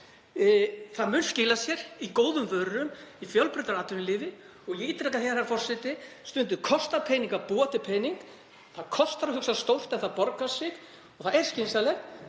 Það mun skila sér í góðum vörum, í fjölbreyttara atvinnulífi. Ég ítreka, herra forseti: Stundum kostar peninga að búa til peninga. Það kostar að hugsa stórt en það borgar sig og það er skynsamlegt.